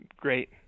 great